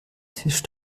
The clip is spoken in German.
tisch